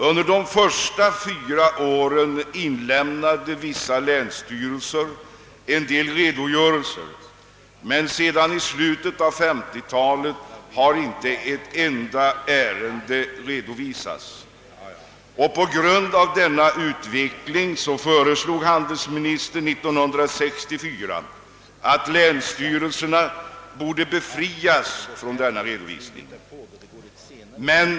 Under de första fyra åren inlämnade vissa länsstyrelser en del redogörelser, men sedan slutet av 1950-talet har inte eft enda ärende redovisats. På grund av denna utveckling föreslog handelsministern 1964 att länsstyrelserna borde befrias från denna redovisning.